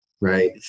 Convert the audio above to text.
right